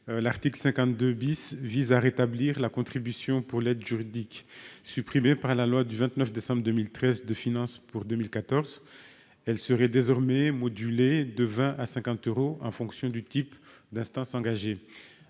l'article 52 vise à rétablir la contribution pour l'aide juridique, supprimée par la loi du 29 décembre 2013 de finances pour 2014. Elle serait désormais modulée, de 20 à 50 euros, en fonction du type d'instance engagée.